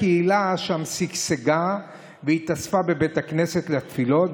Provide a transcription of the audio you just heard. הקהילה שם שגשגה והתאספה בבית הכנסת לתפילות,